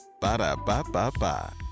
Ba-da-ba-ba-ba